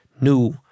new